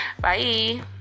Bye